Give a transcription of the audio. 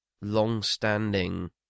long-standing